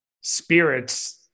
spirits